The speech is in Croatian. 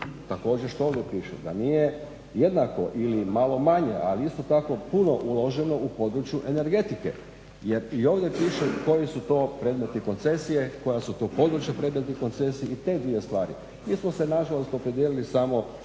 također što ovdje piše da nije jednako ili malo manje, ali isto tako puno uloženo u području energetike. Jer i ovdje piše koji su to predmeti koncesije, koja su to područja predmetnih koncesija i te dvije stvari. Mi smo se nažalost opredijelili samo